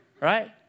right